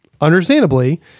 understandably